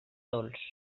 dolç